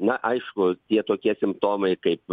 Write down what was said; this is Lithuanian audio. na aišku tie tokie simptomai kaip